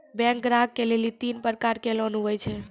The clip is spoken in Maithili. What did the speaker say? बैंक ग्राहक के लेली तीन प्रकर के लोन हुए छै?